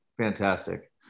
fantastic